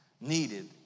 needed